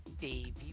baby